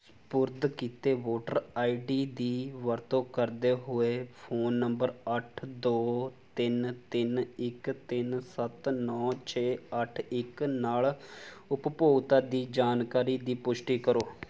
ਸਪੁਰਦ ਕੀਤੇ voter I D ਦੀ ਵਰਤੋਂ ਕਰਦੇ ਹੋਏ ਫ਼ੋਨ ਨੰਬਰ ਅੱਠ ਦੋ ਤਿੰਨ ਤਿੰਨ ਇੱਕ ਤਿੰਨ ਸੱਤ ਨੌਂ ਛੇ ਅੱਠ ਇੱਕ ਨਾਲ ਉਪਭੋਗਤਾ ਦੀ ਜਾਣਕਾਰੀ ਦੀ ਪੁਸ਼ਟੀ ਕਰੋ